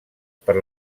per